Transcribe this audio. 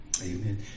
Amen